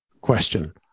question